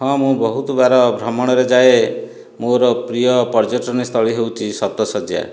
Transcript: ହଁ ମୁଁ ବହୁତ ବାର ଭ୍ରମଣରେ ଯାଏ ମୋର ପ୍ରିୟ ପର୍ଯ୍ୟଟନୀ ସ୍ଥଳୀ ହେଉଛି ସପ୍ତଶଯ୍ୟା